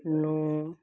ਨੂੰ